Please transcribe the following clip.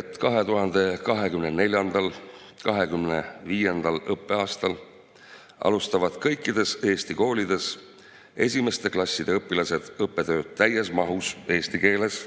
et 2024/2025. õppeaastal alustavad kõikides Eesti koolides esimeste klasside õpilased õppetööd täies mahus eesti keeles